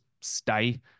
stay